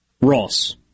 Ross